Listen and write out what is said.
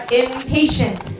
impatient